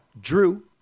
Drew